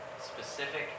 specific